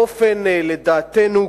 לדעתנו,